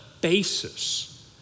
basis